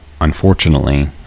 unfortunately